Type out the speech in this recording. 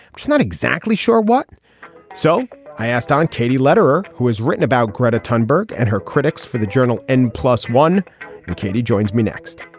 not exactly sure what so i asked on katie lederer who has written about credit tandberg and her critics for the journal and plus one and katie joins me next